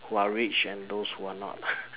who are rich and those who are not